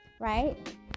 right